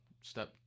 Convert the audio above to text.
step